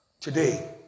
today